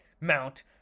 mount